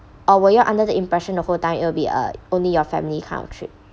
or were you under the impression the whole time it will be uh only your family kind of trip